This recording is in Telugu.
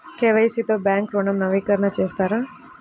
కే.వై.సి తో బ్యాంక్ ఋణం నవీకరణ చేస్తారా?